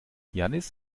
jannis